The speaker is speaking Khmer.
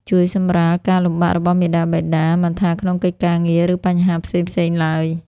ជួយសម្រាលការលំបាករបស់មាតាបិតា មិនថាក្នុងកិច្ចការងារ ឬបញ្ហាផ្សេងៗឡើយ។